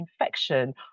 infection